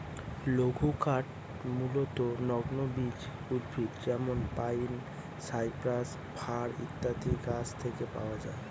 লঘুকাঠ মূলতঃ নগ্নবীজ উদ্ভিদ যেমন পাইন, সাইপ্রাস, ফার ইত্যাদি গাছের থেকে পাওয়া যায়